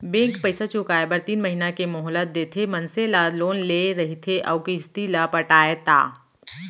bank पइसा चुकाए बर तीन महिना के मोहलत देथे मनसे ला लोन ले रहिथे अउ किस्ती ल पटाय ता